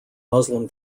muslim